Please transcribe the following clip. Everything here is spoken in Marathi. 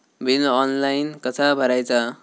बिल ऑनलाइन कसा भरायचा?